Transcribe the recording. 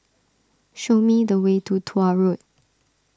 show me the way to Tuah Road